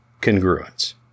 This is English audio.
congruence